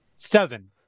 Seven